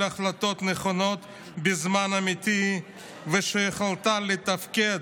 החלטות נכונות בזמן אמיתי ושיכולתה לתפקד,